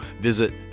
visit